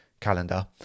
calendar